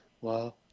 Wow